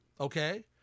okay